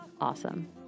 awesome